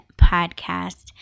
podcast